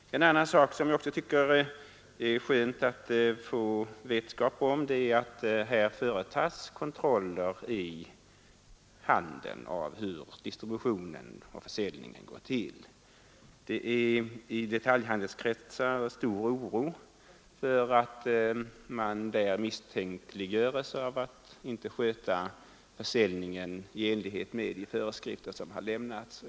En annan sak som jag också tycker det är skönt att få vetskap om är att det företas kontroller i handeln av hur distribution och försäljning går till. I detaljhandelskretsar råder stor oro för att man där misstänks för att inte sköta försäljningen i enlighet med de föreskrifter som har lämnats.